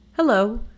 Hello